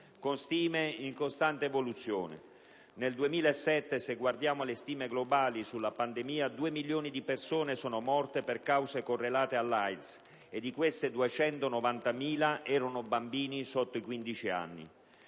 con stime in costante evoluzione: nel 2007, se guardiamo alle stime globali sulla pandemia, 2 milioni di persone sono morte per cause correlate all'AIDS e, di queste, 290.000 erano bambini sotto i quindici